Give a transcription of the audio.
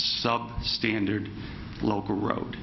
sub standard local road